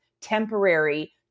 temporary